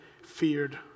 feared